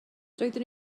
doeddwn